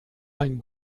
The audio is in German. ein